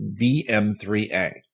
BM3A